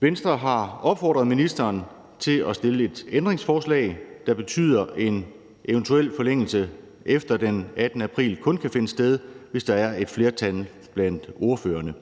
Venstre har opfordret ministeren til at stille et ændringsforslag, der betyder, at en eventuel forlængelse efter den 18. april kun kan finde sted, hvis der er et flertal blandt ordførerne.